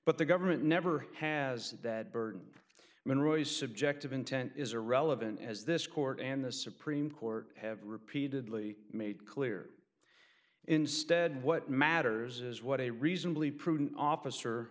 but the government never has that burden been roy's subjective intent is irrelevant as this court and the supreme court have repeatedly made clear instead what matters is what a reasonably prudent officer